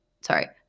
sorry